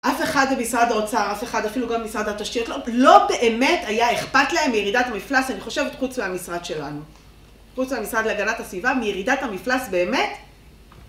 אף אחד במשרד האוצר, אף אחד אפילו גם במשרד התשתיות , לא באמת היה אכפת להם מירידת המפלס, אני חושבת, חוץ מהמשרד שלנו. חוץ מהמשרד להגנת הסביבה, מירידת המפלס באמת,